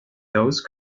those